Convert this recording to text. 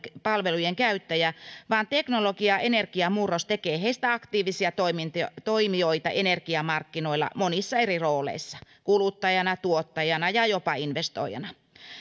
palvelujen käyttäjiä vaan teknologia ja energiamurros tekee heistä aktiivisia toimijoita toimijoita energiamarkkinoilla monissa eri rooleissa kuluttajana tuottajana ja jopa investoijana